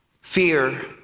Fear